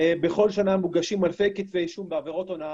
כל שנה מוגשים אלפי כתבי אישום בעבירות הונאה.